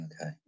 Okay